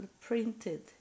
printed